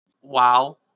wow